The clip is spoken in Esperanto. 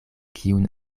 kiun